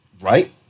right